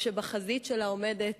כשבחזית שלה עומדת